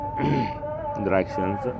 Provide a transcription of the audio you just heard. directions